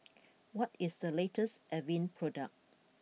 what is the latest Avene product